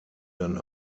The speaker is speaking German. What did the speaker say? dann